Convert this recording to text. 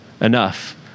enough